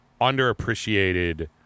underappreciated